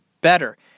better